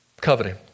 Coveting